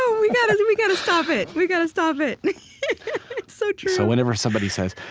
so we gotta we gotta stop it! we gotta stop it. it's so true so whenever somebody says,